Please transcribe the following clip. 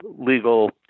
legal